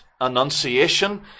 annunciation